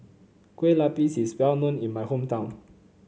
Kueh Lapis is well known in my hometown